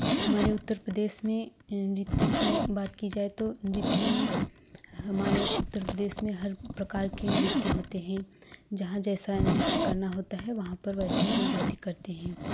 हमारे उत्तर पदेस में नृत्य की बात की जाए तो नृत्य में हमारे उत्तर प्रदेश में हर प्रकार के नृत्य होते हैं जहाँ जैसा नृत्य करना होता है वहाँ पर वैसा ही नृत्य करते हैं